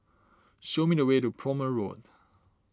show me the way to Prome Road